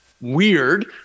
weird